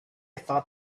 thought